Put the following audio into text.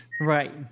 Right